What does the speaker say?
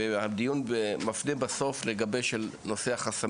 והדיון מפנה בסוף לגבי נושא החסמים.